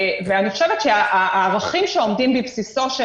אני חושבת שהערכים שעומדים בבסיסו של